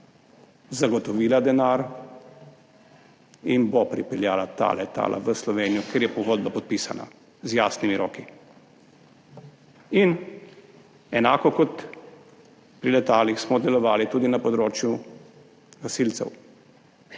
zagotovila denar in bo pripeljala ta letala v Slovenijo, ker je pogodba podpisana z jasnimi roki. In enako kot pri letalih smo delovali tudi na področju gasilcev.